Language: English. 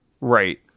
Right